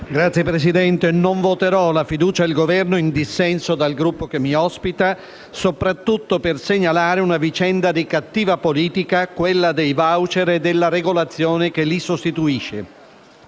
Signor Presidente, non voterò la fiducia al Governo in dissenso dal Gruppo che mi ospita, soprattutto per segnalare una vicenda di cattiva politica: quella dei *voucher* e della regolazione che li sostituisce.